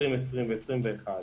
2020 ו-2021,